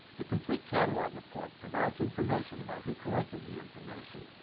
the complete catalog report provides information about who collected the information,